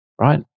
right